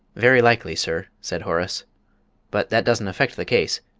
very likely, sir, said horace but that doesn't affect the case.